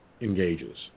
engages